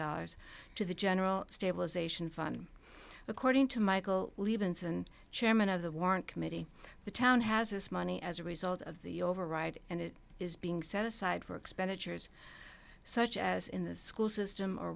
dollars to the general stabilization fund according to michael levens and chairman of the warrant committee the town has this money as a result of the override and it is being set aside for expenditures such as in the school system